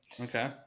Okay